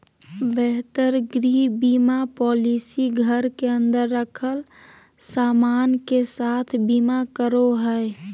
बेहतर गृह बीमा पॉलिसी घर के अंदर रखल सामान के साथ बीमा करो हय